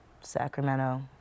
Sacramento